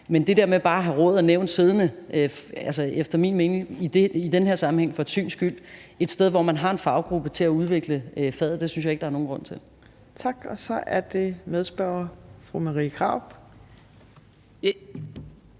Men det der med bare at have råd og nævn siddende – efter min mening i den her sammenhæng – for syns skyld et sted, hvor man har en faggruppe til at udvikle faget, synes jeg ikke der er nogen grund til. Kl. 15:45 Fjerde næstformand (Trine Torp):